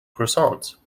croissants